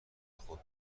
خود